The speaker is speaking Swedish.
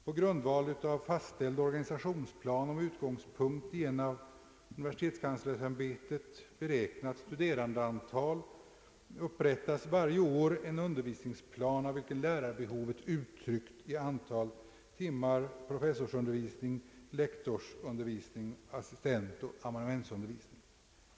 På grundval av fastställd organisationsplan med utgångspunkt i ett av universitetskanslersämbetet beräknat studerandeantal upprättas varje år en undervisningsplan i vilken lärarbehovet uttrycks i antalet timmar, professorsundervisning, lektorsundervisning, assistentoch amanuensundervisning.